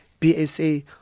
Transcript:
BSA